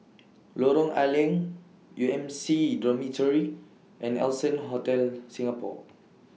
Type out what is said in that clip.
Lorong A Leng U M C Dormitory and Allson Hotel Singapore